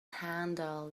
handle